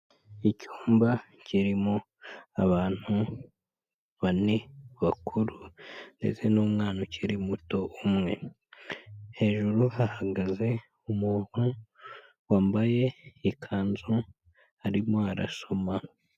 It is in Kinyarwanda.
Icyumba kirimo abantu bane bakuru ndetse n'umwana ukiri muto umwe. Hejuru hahagaze umuntu wambaye ikanzu, arimo arasoma.